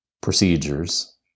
procedures